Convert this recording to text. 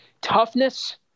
toughness